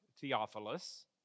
Theophilus